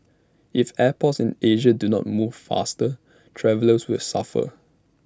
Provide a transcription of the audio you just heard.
if airports in Asia do not move faster travellers will suffer